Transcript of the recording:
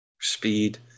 Speed